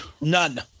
None